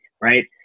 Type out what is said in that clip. right